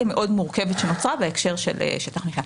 מאוד מורכבת שנוצרה בהקשר של שטח מחיה.